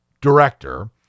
director